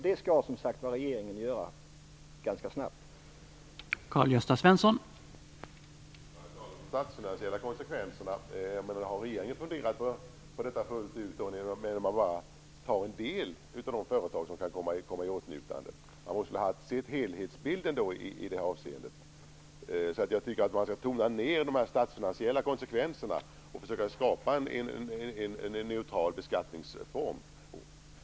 Det skall som sagt var regeringen se över ganska snabbt.